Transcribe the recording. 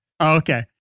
Okay